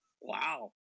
Wow